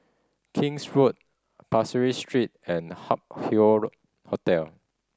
King's Road Pasir Ris Street and Hup Hoe road Hotel